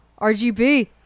RGB